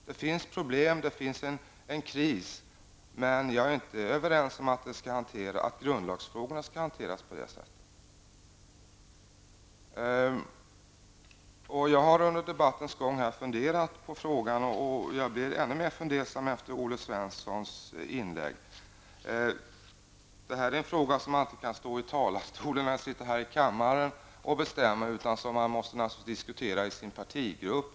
Det finns problem och det råder en kris, men jag håller inte med om att grundlagsfrågorna skall hanteras på det sättet. Jag har under debattens gång funderat på frågan. Jag bli ännu mer fundersam efter Olle Svenssons inlägg. Detta är en fråga som man inte kan stå i talarstolen eller sitta här i kammaren och bestämma om, utan man måste diskutera den i sin partigrupp.